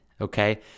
Okay